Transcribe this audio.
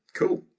cool.